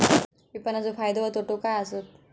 विपणाचो फायदो व तोटो काय आसत?